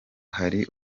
hari